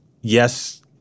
yes